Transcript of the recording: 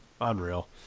unreal